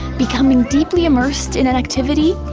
becoming deeply immersed in an activity?